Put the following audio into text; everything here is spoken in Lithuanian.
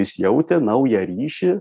jis jautė naują ryšį